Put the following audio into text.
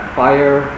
fire